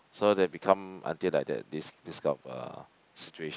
so they become until like that this this kind of uh situation